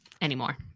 anymore